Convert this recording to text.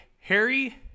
Harry